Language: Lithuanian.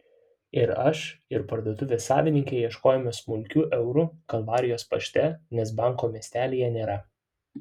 ir aš ir parduotuvės savininkė ieškojome smulkių eurų kalvarijos pašte nes banko miestelyje nėra